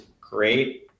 great